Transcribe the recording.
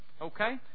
Okay